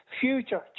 future